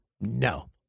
No